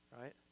right